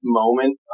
moment